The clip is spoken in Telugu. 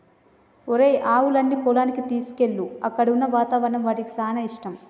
ఒరేయ్ ఆవులన్నీ పొలానికి తీసుకువెళ్ళు అక్కడున్న వాతావరణం వాటికి సానా ఇష్టం